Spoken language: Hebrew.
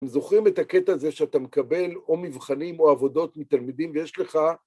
אם זוכרים את הקטע הזה שאתה מקבל, או מבחנים או עבודות מתלמידים ויש לך,